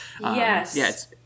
yes